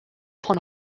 von